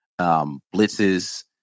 blitzes